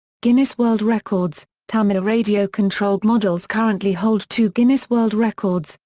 guinness world records tamiya radio controlled models currently hold two guinness world records,